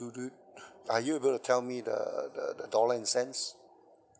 do do are you able to tell me the the the dollar and cents